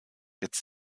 jetzt